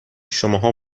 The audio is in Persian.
شماها